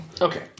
Okay